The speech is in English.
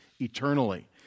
eternally